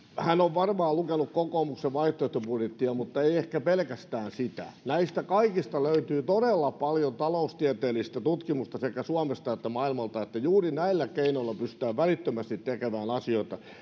hän on varmaan lukenut kokoomuksen vaihtoehtobudjettia mutta ei ehkä pelkästään sitä näistä kaikista löytyy todella paljon taloustieteellistä tutkimusta sekä suomesta että maailmalta että juuri näillä keinoilla pystytään välittömästi tekemään asioita